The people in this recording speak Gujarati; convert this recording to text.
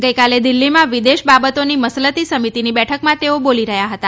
ગઈકાલે દિલ્ફીમાં વિદેશ બાબતોની મસલતી સમિતિની બેઠકમાં તેઓ બોલી રહ્યા હતા